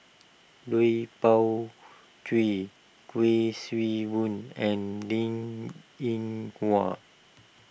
Lui Pao Chuen Kuik Swee Boon and Linn in Hua